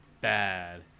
bad